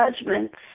judgments